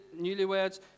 newlyweds